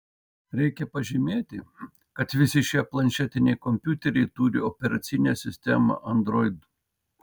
reikia pažymėti kad visi šie planšetiniai kompiuteriai turi operacinę sistemą android